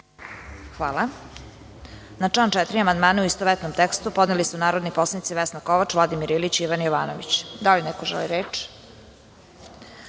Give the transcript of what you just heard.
Hvala. Na član 4. amandmane u istovetnom tekstu podneli su narodni poslanici Vesna Kovač, Vladimir Ilić i Ivan Jovanović. Da li neko želi reč?